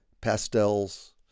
pastels